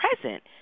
present